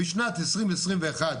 בשנת 2021,